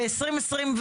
ל-2022,